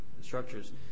structures